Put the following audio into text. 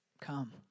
come